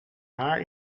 haar